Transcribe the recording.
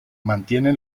mantiene